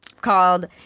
called